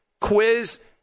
quiz